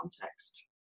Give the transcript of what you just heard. context